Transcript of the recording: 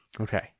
Okay